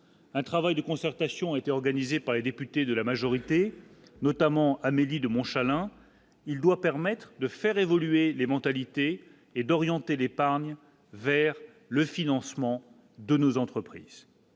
un travail de concertation. Organisée par les députés de la majorité notamment Amélie de Montchalin, il doit permettre de faire évoluer les mentalités et d'orienter l'épargne vers le financement de nos entreprises,